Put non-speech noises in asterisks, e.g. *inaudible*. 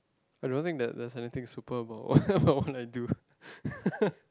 I don't think that there's anything super about *laughs* about what I do *laughs*